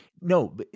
no